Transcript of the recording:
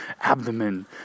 abdomen